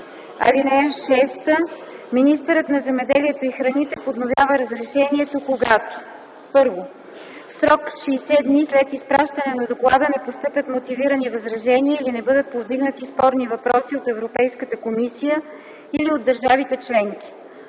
членки. (6) Министърът на земеделието и храните подновява разрешението, когато: 1. в срок 60 дни след изпращане на доклада не постъпят мотивирани възражения или не бъдат повдигнати спорни въпроси от Европейската комисия или от държавите членки;